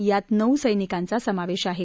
यात नऊ सैनिकांचा समावेश आहे